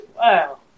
Wow